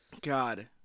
God